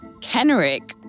Kenrick